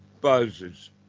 buzzes